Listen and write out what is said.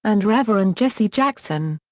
and rev. ah and jesse jackson.